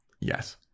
Yes